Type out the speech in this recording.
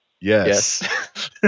yes